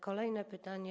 Kolejne pytanie.